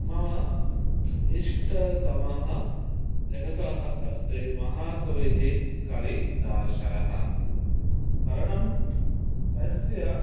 मम इष्टतमः लेखकः अस्ति महाकविः कालिदासः कारणं तस्य